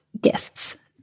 guests